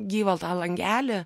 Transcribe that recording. gyvą tą langelį